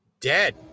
dead